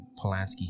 Polanski